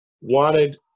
wanted